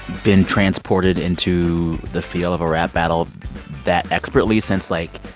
been transported into the feel of a rap battle that expertly since, like,